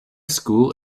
school